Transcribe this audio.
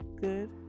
good